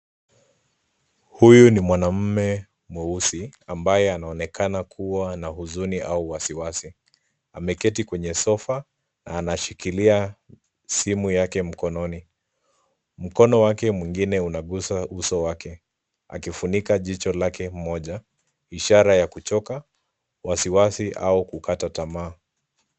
Huyu ni mwanaume mweusi ambaye anaonekana kuwa na huzuni au wasiwasi . Ameketi kwenye sofa na anashikilia simu yake mkononi. Mkono wake mwingine unagusa uso wake akifunika jicho lake moja, ishara ya kuchoka, wasiwasi au kukata tamaa.